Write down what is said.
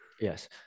Yes